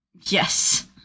Yes